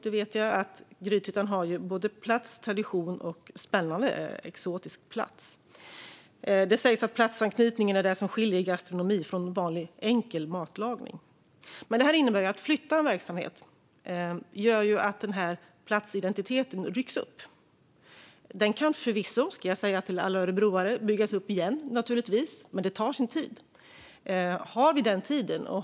Vi vet att Grythyttan har tradition och är en spännande, exotisk plats. Det sägs att platsanknytningen är det som skiljer gastronomi från vanlig, "enkel" matlagning. Detta innebär att en flytt av verksamheten gör att platsidentiteten rycks upp. Den kan förvisso byggas upp igen, ska jag säga till alla örebroare, men det tar sin tid. Har vi den tiden?